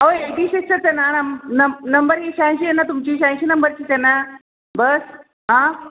अहो एटीसिक्सच आहे ना नम नम नंबर ही शहाऐंशी आए ना तुमची शहाऐंशी नंबरचीच आहे ना बस हां